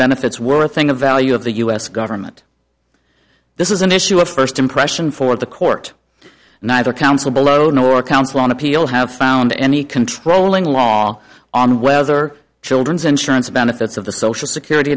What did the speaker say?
benefits were a thing of value of the u s government this is an issue of first impression for the court neither counsel below nor counsel on appeal have found any controlling law on whether children's insurance benefits of the social security